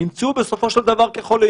המציעים האחרים חברי הכנסת אייכלר, יזבק ועמאר.